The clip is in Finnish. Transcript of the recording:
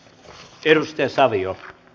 kirstin savio